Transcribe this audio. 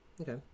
okay